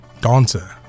dancer